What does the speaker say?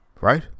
Right